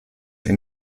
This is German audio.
ein